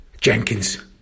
Jenkins